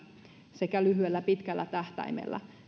sekä lyhyellä että pitkällä tähtäimellä